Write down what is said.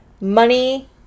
money